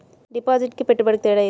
డిపాజిట్కి పెట్టుబడికి తేడా?